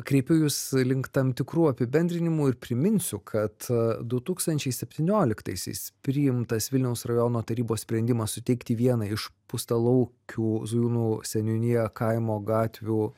kreipiu jus link tam tikrų apibendrinimų ir priminsiu kad du tūkstančiai septynioliktaisiais priimtas vilniaus rajono tarybos sprendimas suteikti vieną iš pūstlaukių zujūnų seniūnija kaimo gatvių